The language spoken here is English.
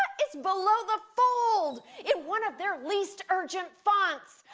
it's below the fold in one of their least urgent fonts.